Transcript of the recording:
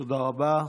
תודה רבה.